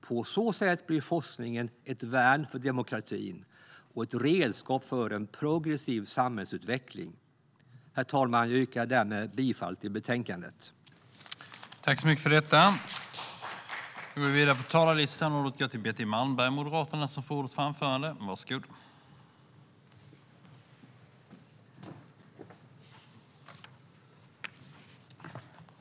På så sätt blir forskningen ett värn för demokratin och ett redskap för en progressiv samhällsutveckling. Herr talman! Jag yrkar därmed bifall till utskottets förslag i betänkandet.